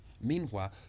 meanwhile